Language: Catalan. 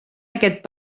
aquest